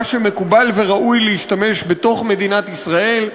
מה שמקובל וראוי להשתמש בתוך מדינת ישראל,